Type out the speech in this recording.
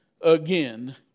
again